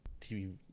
tv